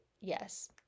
yes